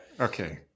okay